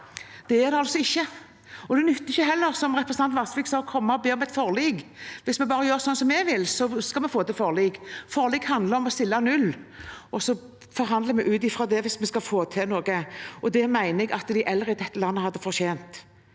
Det er det altså ikke. Det nytter heller ikke, som representanten Vasvik sa, å komme og be om et forlik – hvis vi bare gjør sånn som vi vil, skal vi få til et forlik. Forlik handler om å stille null, og så forhandler vi ut ifra det hvis vi skal få til noe. Det mener jeg at de eldre i dette landet hadde fortjent.